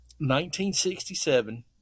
1967